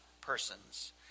persons